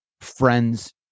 friends